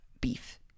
beef